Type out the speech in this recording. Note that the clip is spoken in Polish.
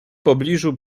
pobliżu